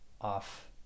off